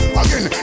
again